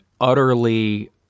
utterly